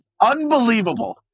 unbelievable